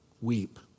weep